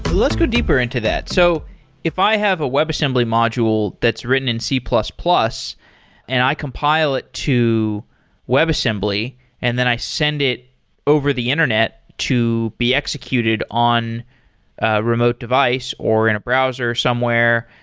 but let's go deeper into that. so if i have a webassembly module that's written in c plus plus and i compile it to webassembly and then i send it over the internet to be executed on a remote device, or in a browser somewhere,